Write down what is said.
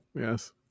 Yes